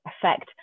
affect